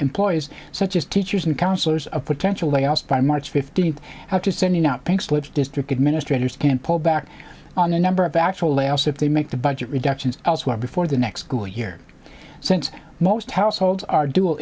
employees such as teachers and counselors of potential they also by march fifteenth after sending out pink slips district administrators can't pull back on the number of actual layoffs if they make the budget reductions elsewhere before the next school year since most households are d